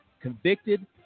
convicted